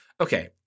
Okay